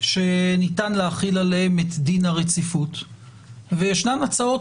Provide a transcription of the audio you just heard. שניתן להחיל עליהן את דין הרציפות וישנן הצעות